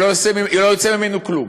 שלא יצא ממנו כלום,